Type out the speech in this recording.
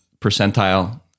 percentile